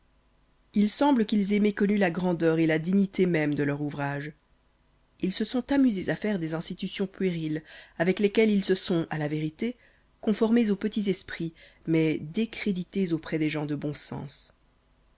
il semble qu'ils aient méconnu la grandeur et la dignité même de leur ouvrage ils se sont amusés à faire des institutions puériles avec lesquelles ils se sont à la vérité conformés aux petits esprits mais décrédités auprès des gens de bon sens